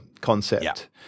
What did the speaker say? concept